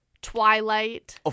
twilight